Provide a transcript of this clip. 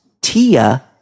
Tia